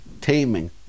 taming